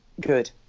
good